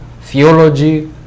theology